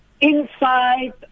inside